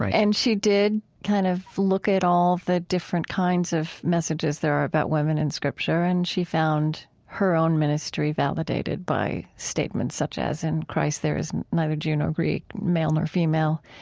and she did, kind of, look at all the different kinds of messages there are about women in scripture, and she found her own ministry validated by statements such as, in christ, there is neither jew nor greek, male nor female,